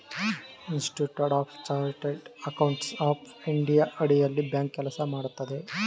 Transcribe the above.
institute of chartered accountants of India ಅಡಿಯಲ್ಲಿ bank ಕೆಲಸ ಮಾಡುತ್ತದೆ